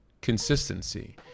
consistency